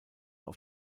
auf